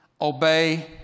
obey